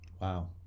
wow